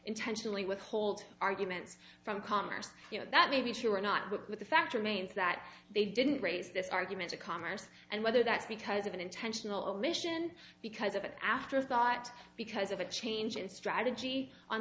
intentionally withhold arguments from commerce you know that may be sure not with the fact remains that they didn't raise this argument to congress and whether that's because of an intentional omission because of an afterthought because of a change in strategy on